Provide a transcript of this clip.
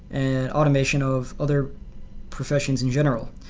and automation of other professions in general.